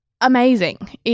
amazing